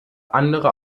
andere